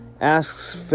asks